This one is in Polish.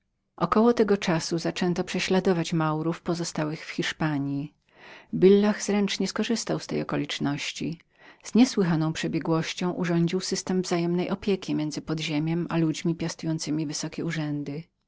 około tego czasu zaczęto prześladować maurów pozostałych w hiszpanji billah zręcznie skorzystał z tej okoliczności z niesłychaną biegłością urządził system wzajemnej opieki między podziemiem a ludźmi piastującymi wysokie urzędy